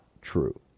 true